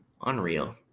Unreal